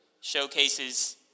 showcases